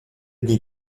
dni